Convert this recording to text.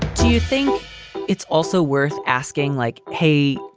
do you think it's also worth asking like, hey,